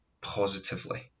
positively